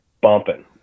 bumping